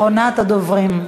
אחרונת הדוברים.